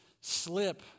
slip